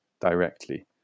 directly